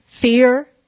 fear